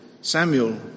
Samuel